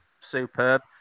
Superb